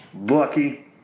lucky